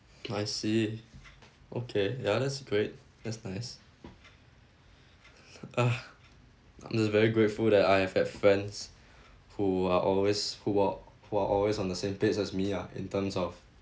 I see okay ya that's great that's nice uh I'm just very grateful that I have had friends who are always who are who are always on the same page as me ah in terms of